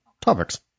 topics